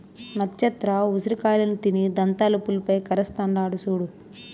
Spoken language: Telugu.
నచ్చత్ర ఉసిరి కాయలను తిని దంతాలు పులుపై కరస్తాండాడు సూడు